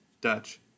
Dutch